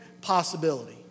possibility